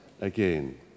again